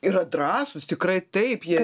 yra drąsūs tikrai taip jie